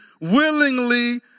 willingly